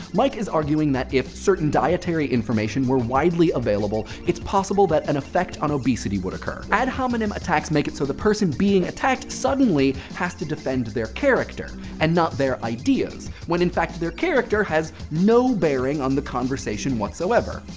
mike is arguing that if certain dietary information were widely available, it's possible that an effect on obesity would occur. ad hominem attacks make it so the person being attacked suddenly has to defend their character and not their ideas, when in fact their character has no bearing on the conversation whatsoever.